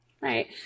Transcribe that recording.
Right